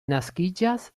naskiĝas